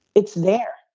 it's their.